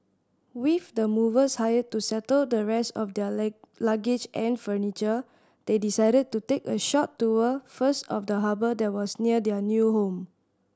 with the movers hired to settle the rest of their leg luggage and furniture they decided to take a short tour first of the harbour that was near their new home